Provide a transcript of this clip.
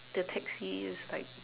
the taxi is like